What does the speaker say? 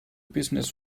business